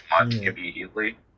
immediately